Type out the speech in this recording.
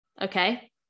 okay